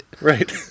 right